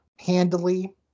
handily